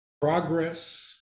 progress